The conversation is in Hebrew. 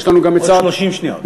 עוד 30 שניות.